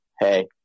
hey